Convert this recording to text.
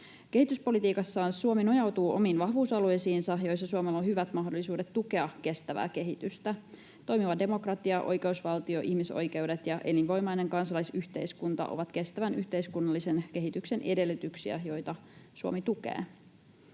Kehityspolitiikassaan Suomi nojautuu omiin vahvuusalueisiinsa, joissa Suomella on hyvät mahdollisuudet tukea kestävää kehitystä: toimiva demokratia, oikeusvaltio, ihmisoikeudet ja elinvoimainen kansalaisyhteiskunta ovat kestävän yhteiskunnallisen kehityksen edellytyksiä, joita Suomi tukee.